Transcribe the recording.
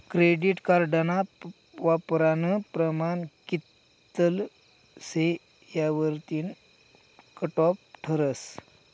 credit कार्डना वापरानं प्रमाण कित्ल शे यावरतीन कटॉप ठरस